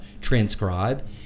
transcribe